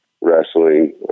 wrestling